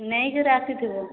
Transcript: ନେଇ କରି ଆସିଥିବ